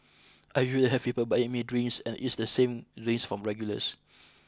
I usually have people buying me drinks and it's the same drinks from regulars